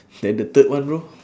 then the third one bro